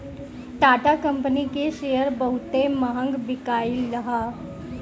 Tata company के share बहुते महंग बिकाईल हअ